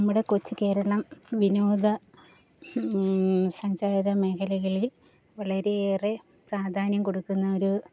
നമ്മുടെ കൊച്ചുകേരളം വിനോദ സഞ്ചാര മേഖലകളിൽ വളരെയേറെ പ്രാധാന്യം കൊടുക്കുന്നൊരു